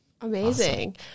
Amazing